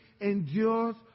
endures